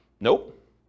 Nope